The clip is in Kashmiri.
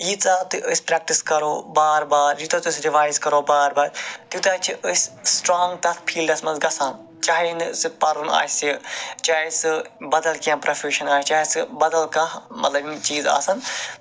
یِژھا تہِ أسۍ پرٮ۪کٹِس کَرو بار بار یوٗتاہ تہِ رِوایِز کرو بار بار توٗتاہ چھُ أسۍ سٔٹرانگ تَتھ فیٖلڈَس منٛز گژھان چاہے نہٕ سُہ پَرُل آسہِ چاہے سُہ بَدل کیٚنہہ پروفٮ۪شَن آسہِ چاہے سُہ بدل کانہہ یِم چیٖز آسن